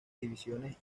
divisiones